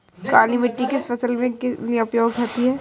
काली मिट्टी किस फसल के लिए उपयोगी होती है?